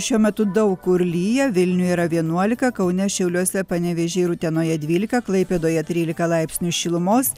šiuo metu daug kur lyja vilniuj yra vienuolika kaune šiauliuose panevėžyje ir utenoje dvylika klaipėdoje trylika laipsnių šilumos